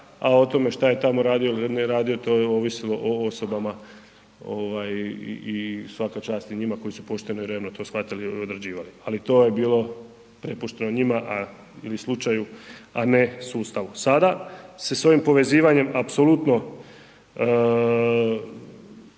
a o tome što je tamo radio ili ne radio to je ovisilo o osobama ovaj i svaka čast i njima koji su pošteno i revno to shvatili i odrađivali, ali to je bilo prepušteno njima ili slučaju, a ne sustavu. Sada se s ovim povezivanjem apsolutno